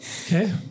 Okay